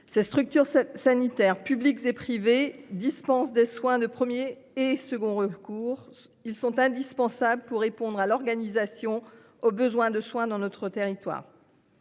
Ces structures sanitaires, publiques et privées dispense des soins de 1er et second recours. Ils sont indispensables pour répondre à l'organisation au besoin de soins dans notre territoire.